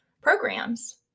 programs